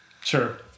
Sure